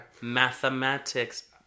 Mathematics